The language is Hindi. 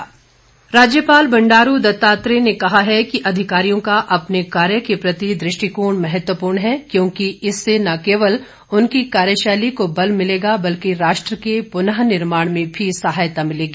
राज्यपाल राज्यपाल बंडारू दत्तात्रेय ने कहा है कि अधिकारियों का अपने कार्य के प्रति दृष्टिकोण महत्वपूर्ण है क्योंकि इससे न केवल उनकी कार्यशैली को बल मिलेगा बल्कि राष्ट्र के पुननिर्माण में भी सहायता मिलेगी